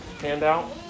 handout